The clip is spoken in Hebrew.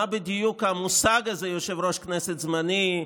בדיוק המושג הזה "יושב-ראש כנסת זמני",